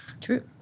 True